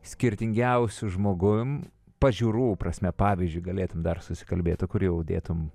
skirtingiausiu žmogum pažiūrų prasme pavyzdžiui galėtum dar susikalbėt o kur jau dėtum